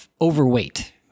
overweight